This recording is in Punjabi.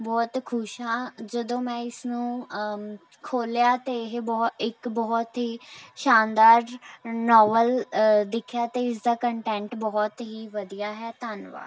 ਬਹੁਤ ਖੁਸ਼ ਹਾਂ ਜਦੋਂ ਮੈਂ ਇਸ ਨੂੰ ਖੋਲ੍ਹਿਆ ਅਤੇ ਇਹ ਇੱਕ ਬਹੁਤ ਹੀ ਸ਼ਾਨਦਾਰ ਨਾਵਲ ਦਿਖਿਆ ਅਤੇ ਇਸ ਦਾ ਕੰਟੈਂਨਟ ਬਹੁਤ ਹੀ ਵਧੀਆ ਹੈ ਧੰਨਵਾਦ